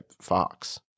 Fox